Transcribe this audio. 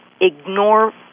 ignore